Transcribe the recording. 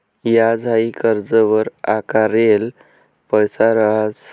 याज हाई कर्जवर आकारेल पैसा रहास